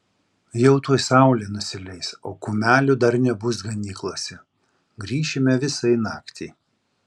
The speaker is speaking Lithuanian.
jau tuoj saulė nusileis o kumelių dar nebus ganyklose grįšime visai naktį